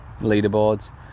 leaderboards